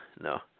no